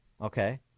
okay